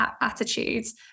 attitudes